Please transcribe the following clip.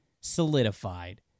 solidified